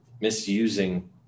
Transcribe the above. misusing